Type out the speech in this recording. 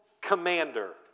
commander